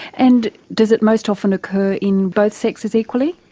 and does it most often occur in both sexes equally?